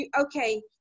okay